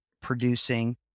producing